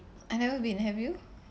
I've never been have you